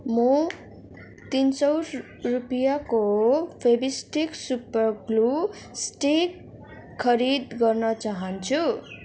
म तिन सौ रुपियाँको फेभिस्टिक सुपर ग्लू स्टिक खरिद गर्न चाहन्छु